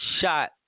shot